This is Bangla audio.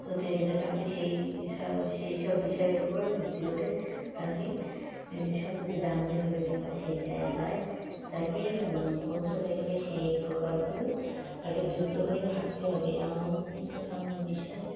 হতে গেলে তাকে সেই সেই সব বিষয়ের ওপর ভিত্তি করে তাকে সব কিছু জানতে হবে কিংবা সেই জায়গায় তাকে পৌঁছাতে গেলে সেই প্রকল্পে তাকে যুক্ত হয়ে থাকতে হবে এমন এমন বিষয়